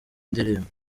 ndirimbo